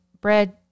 bread